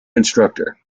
instructor